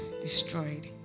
destroyed